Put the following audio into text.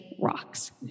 rocks